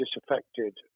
disaffected